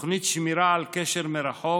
תוכנית לשמירה על קשר מרחוק